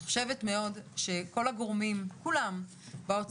אני חושבת שכל הגורמים באוצר,